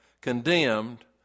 condemned